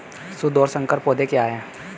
शुद्ध और संकर पौधे क्या हैं?